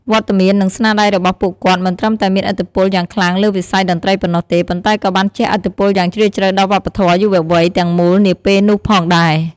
វត្តមាន និងស្នាដៃរបស់ពួកគាត់មិនត្រឹមតែមានឥទ្ធិពលយ៉ាងខ្លាំងលើវិស័យតន្ត្រីប៉ុណ្ណោះទេ ប៉ុន្តែក៏បានជះឥទ្ធិពលយ៉ាងជ្រាលជ្រៅដល់វប្បធម៌យុវវ័យទាំងមូលនាពេលនោះផងដែរ។